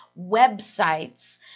websites